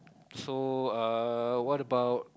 so uh what about